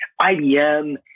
IBM